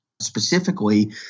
specifically